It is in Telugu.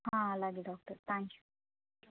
అలాగే డాక్టర్ థ్యాంక్ యూ